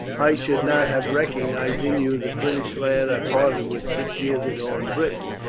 i should not have recognized in you the british lad i parted with six years ago in britain.